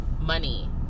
money